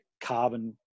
carbon